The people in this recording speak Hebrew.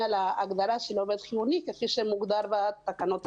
על ההגדרה של עובד חיוני כפי שמוגדר בתקנות עצמן.